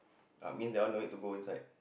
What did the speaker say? ah means that one no need to go inside